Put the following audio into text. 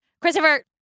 Christopher